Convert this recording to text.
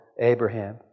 Abraham